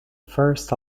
first